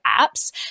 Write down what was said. apps